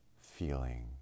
feeling